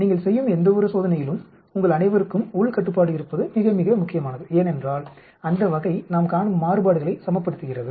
நீங்கள் செய்யும் எந்தவொரு சோதனையிலும் உங்கள் அனைவருக்கும் உள் கட்டுப்பாடு இருப்பது மிக மிக முக்கியமானது ஏனென்றால் அந்த வகை நாம் காணும் மாறுபாடுகளை சமப்படுத்துகிறது